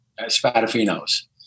Spadafino's